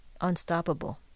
Unstoppable